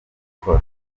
gukora